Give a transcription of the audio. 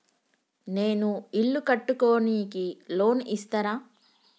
నేను ఇల్లు కట్టుకోనికి లోన్ ఇస్తరా?